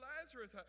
Lazarus